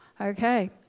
Okay